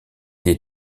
des